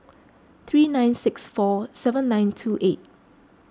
three nine six four seven nine two eight